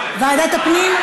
ועדת הפנים?